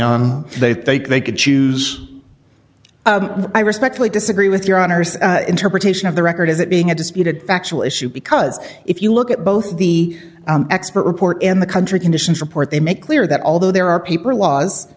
they think they could choose i respectfully disagree with your honor's interpretation of the record as it being a disputed factual issue because if you look at both the expert report and the country conditions report they make clear that although there are people or laws